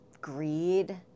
greed